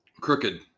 Crooked